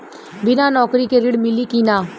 बिना नौकरी के ऋण मिली कि ना?